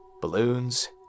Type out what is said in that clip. Balloons